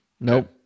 Nope